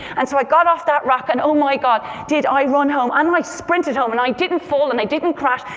and so i got off that rock, and, oh my god, did i run home. and i sprinted home, and i didn't fall, and i didn't crash.